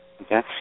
Okay